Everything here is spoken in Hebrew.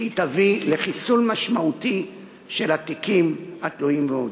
כי היא תביא לחיסול משמעותי של התיקים התלויים ועומדים.